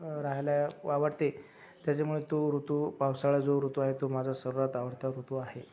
राहायला आवडते त्याच्यामुळे तो ऋतू पावसाळा जो ऋतू आहे तो माझा सर्वात आवडता ऋतू आहे